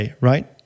right